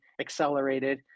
accelerated